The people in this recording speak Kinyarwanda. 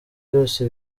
byose